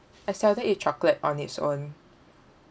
I seldom eat chocolate on its own